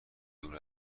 دور